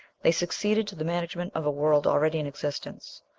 they succeeded to the management of a world already in existence.